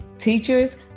teachers